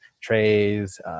trays